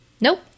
Nope